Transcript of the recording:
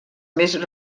més